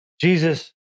Jesus